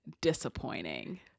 disappointing